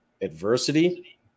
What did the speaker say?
Adversity